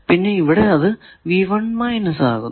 പിന്നെ ഇവിടെ അത് ആകുന്നു